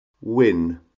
win